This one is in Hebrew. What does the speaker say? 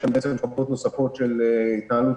יש שם התפלגויות נוספות של התנהלות